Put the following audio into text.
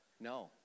no